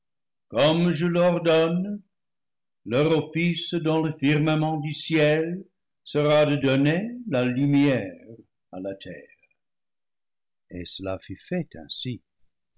comme je l'or donne leur office dans le firmament du ciel sera de donner la lumière à la terre et cela fut fait ainsi